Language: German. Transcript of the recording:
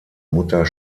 mutter